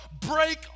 break